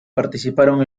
participaron